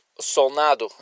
Solnado